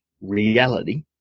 reality